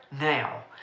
now